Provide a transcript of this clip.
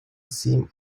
seem